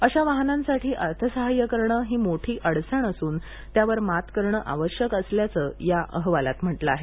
अशा वाहनांसाठी अर्थसहाय्य करणे ही मोठी अडचण असून त्यावर मात करणे आवश्यक असल्याचं या अहवालात म्हटलं आहे